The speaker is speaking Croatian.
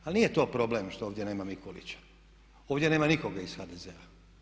Ali nije to problem što ovdje nema Mikulića, ovdje nema nikoga iz HDZ-a.